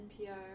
NPR